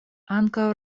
ankaŭ